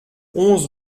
onze